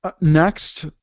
Next